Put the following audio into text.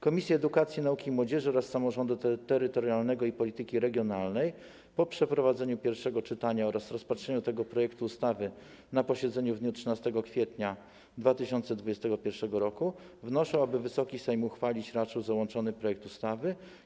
Komisje: Edukacji, Nauki i Młodzieży oraz Samorządu Terytorialnego i Polityki Regionalnej, po przeprowadzeniu pierwszego czytania oraz rozpatrzeniu tego projektu ustawy na posiedzeniu w dniu 13 kwietnia 2021 r., wnoszą, aby Wysoki Sejm uchwalić raczył załączony projekt ustawy.